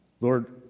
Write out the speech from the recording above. Lord